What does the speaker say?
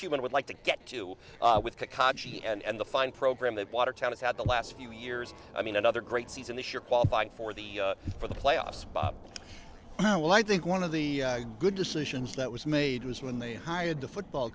cumin would like to get to with the kashi and the fine program that watertown has had the last few years i mean another great season this year qualified for the for the playoffs oh well i think one of the good decisions that was made was when they hired the football